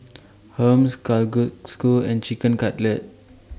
Hummus Kalguksu and Chicken Cutlet